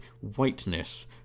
whiteness